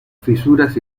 fisuras